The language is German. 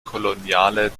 koloniale